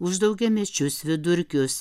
už daugiamečius vidurkius